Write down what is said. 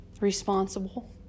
responsible